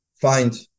find